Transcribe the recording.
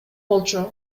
болчу